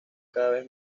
cada